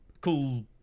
cool